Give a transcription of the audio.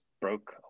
broke